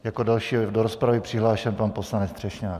Jako další je do rozpravy přihlášen pan poslanec Třešňák.